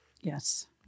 Yes